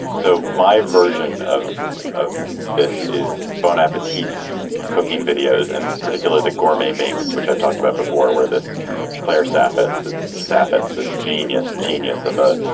so my version of of this is bone appetite's cooking videos, in and particular the gore may makes, which i've talked about before, where this clever surface, that fat that's this genius genius of a